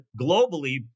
globally